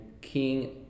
King